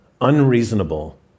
Unreasonable